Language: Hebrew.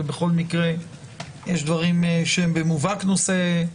ויש דברים שהם במובהק נושא חדש